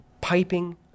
piping